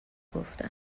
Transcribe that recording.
گفتم